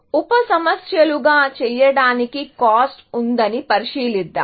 ఉప సమస్యలుగా చేయటానికి కాస్ట్ ఉందని పరిశీలిద్దాం